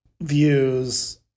views